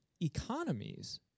economies